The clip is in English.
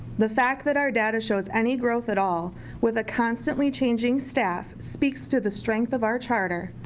the fact that our data shows any growth at all with a constantly changing staff speaks to the strength of our charter,